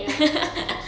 ya